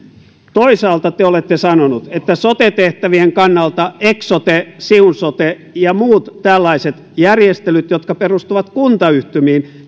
toisaalta te olette sanonut että sote tehtävien kannalta eksote siun sote ja muut tällaiset järjestelyt jotka perustuvat kuntayhtymiin